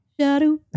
Shadow